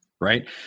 right